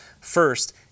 first